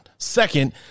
Second